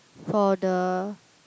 for the